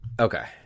Okay